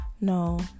No